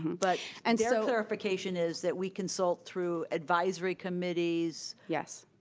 but and so clarification is that we consult through advisory committees yes.